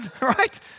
right